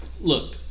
Look